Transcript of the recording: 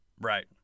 Right